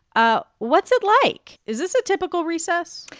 ah what's it like? is this a typical recess?